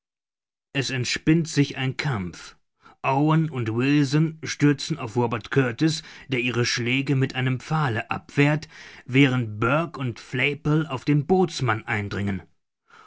es entspinnt sich ein kampf owen und wilson stürzen auf robert kurtis der ihre schläge mit einem pfahle abwehrt während burke und flaypol auf den bootsmann eindringen